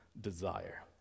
desire